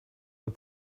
der